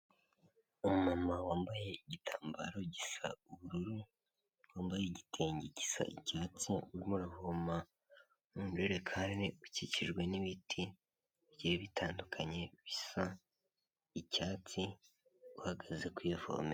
Umumama wambaye igitambaro gisa ubururu, wambaye igitenge gisa icyatsi, urimo uravoma ijerekani kandi ukikijwe n'ibiti bigiye bitandukanye bisa icyatsi uhagaze ku ivomera.